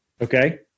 Okay